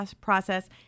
process